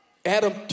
Adam